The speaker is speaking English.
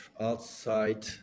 outside